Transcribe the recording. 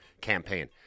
campaign